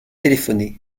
téléphoné